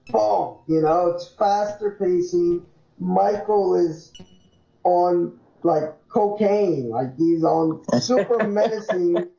oh, you know, it's faster pc michael is on like cocaine like he's on super medicine